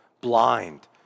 blind